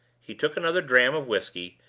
he took another dram of whisky,